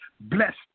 blessed